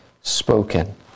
spoken